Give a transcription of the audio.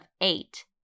eight